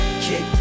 Kick